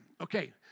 Okay